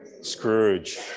Scrooge